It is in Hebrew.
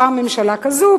פעם ממשלה כזאת,